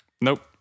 Nope